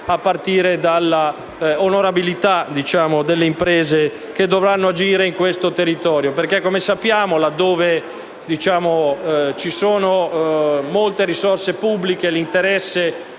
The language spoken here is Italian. a partire dall'onorabilità delle imprese che dovranno agire in questo territorio. Infatti, come sappiamo, laddove ci sono molte risorse pubbliche, l'interesse